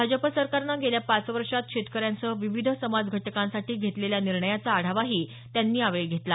भाजप सरकारनं गेल्या पाच वर्षात शेतकऱ्यांसह विविध समाज घटकांसाठी घेतलेल्या निर्णयाचा आढावाही त्यांनी यावेळी घेतला